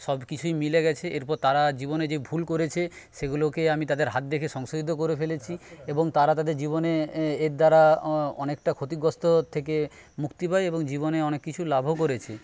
সব কিছুই মিলে গেছে এরপর তারা জীবনে যে ভুল করেছে সেগুলোকে আমি তাদের হাত দেখে সংশোধিত করে ফেলেছি এবং তারা তাদের জীবনে এরদ্বারা অনেকটা ক্ষতিগ্রস্ত থেকে মুক্তি পায় এবং জীবনে অনেক কিছু লাভ ও করেছে